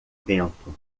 vento